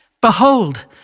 Behold